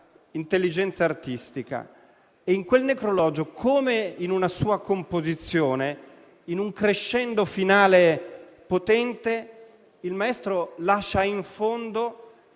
intelligenza artistica. In quel necrologio, come in una sua composizione, in un crescendo finale potente, il maestro lascia in fondo